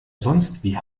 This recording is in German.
sonstwie